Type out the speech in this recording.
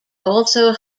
also